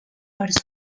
per